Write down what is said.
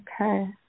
okay